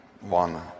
one